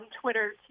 Twitter